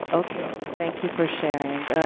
okay, thank you for sharing.